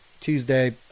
Tuesday